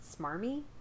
smarmy